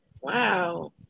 Wow